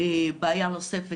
בעיה נוספת,